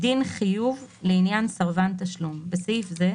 "דין חיוב לעניין סרבן תשלום 54. (א)בסעיף זה,